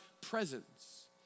presence